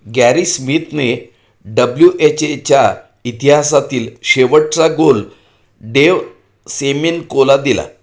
Gary स्मितने W H एच्या इतिहासातील शेवटचा गोल डेव सेमिन्कोला दिला